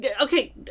okay